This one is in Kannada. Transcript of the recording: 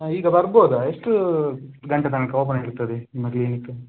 ಈಗ ಬರ್ಬೋದಾ ಎಷ್ಟು ಗಂಟೆ ತನಕ ಓಪನ್ ಇರ್ತದೆ ನಿಮ್ಮ ಕ್ಲಿನಿಕ್